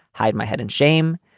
hide my head in shame.